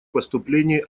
поступлений